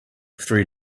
three